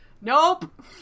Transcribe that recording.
Nope